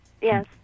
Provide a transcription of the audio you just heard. Yes